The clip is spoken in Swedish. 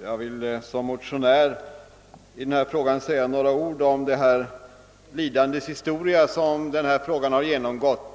Herr talman! I egenskap av motionär i denna fråga vill jag säga några ord om detta ärendes lidandeshistoria.